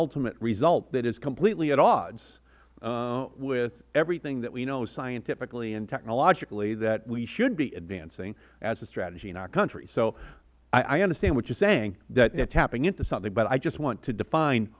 ultimate result that is completely at odds with everything that we know scientifically and technologically that we should be advancing as a strategy in our country so i understand what you are saying that you are tapping into something but i just want to define